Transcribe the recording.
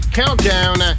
countdown